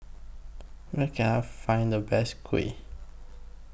Where Can I Find The Best Kuih